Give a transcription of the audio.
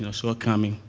and shortcoming,